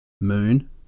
Moon